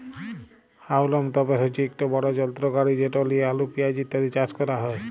হাউলম তপের হছে ইকট বড় যলত্র গাড়ি যেট লিঁয়ে আলু পিয়াঁজ ইত্যাদি চাষ ক্যরা হ্যয়